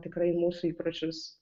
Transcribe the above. tikrai mūsų įpročius